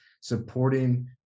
supporting